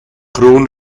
groen